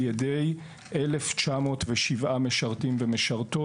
על ידי כ-1,907 משרתים ומשרתות,